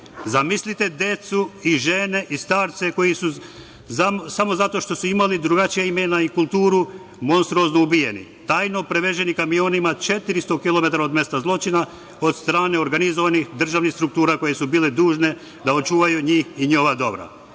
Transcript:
zamislite decu i žene i starce koji su samo zato što su imali drugačija imena i kulturu monstruozno ubijeni, tajno prevezeni kamionima 400 km od mesta zločina od strane organizovanih državnih struktura koje su bile dužne da očuvaju njih i njihova dobra.